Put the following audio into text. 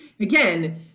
Again